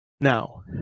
Now